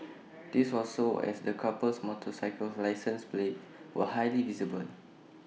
this was so as the couple's motorcycle license plates were highly visible